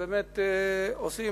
שבאמת עושים,